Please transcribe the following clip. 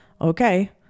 okay